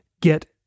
get